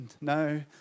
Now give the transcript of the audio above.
No